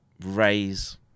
raise